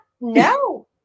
No